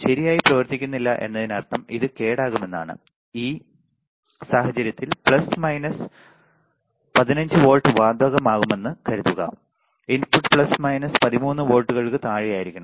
ശരിയായി പ്രവർത്തിക്കുന്നില്ല എന്നതിനർത്ഥം ഇത് കേടാകുമെന്നാണ് ഈ സാഹചര്യത്തിൽ പ്ലസ് മൈനസ് 15 വോൾട്ട് ബാധകമാകുമെന്ന് കരുതുക ഇൻപുട്ട് പ്ലസ് മൈനസ് 13 വോൾട്ടുകൾക്ക് താഴെയായിരിക്കണം